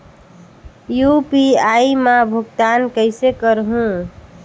UPI मा भुगतान कइसे करहूं?